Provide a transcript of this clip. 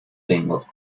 tengo